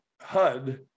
HUD